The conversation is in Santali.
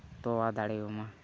ᱛᱚᱣᱟ ᱫᱟᱲᱮᱣᱟᱢᱟ